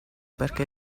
perché